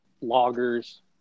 loggers